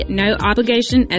no-obligation